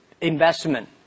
investment